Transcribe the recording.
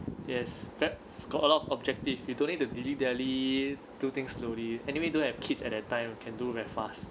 yes that's got a lot of objective you don't need to dilly dally do things slowly anyway don't have kids at that time we can do very fast